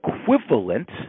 equivalent